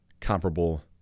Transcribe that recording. comparable